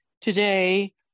Today